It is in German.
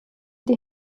die